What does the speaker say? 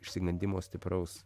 išsigandimo stipraus